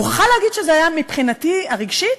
ואני מוכרחה להגיד שזה היה מבחינתי, רגשית,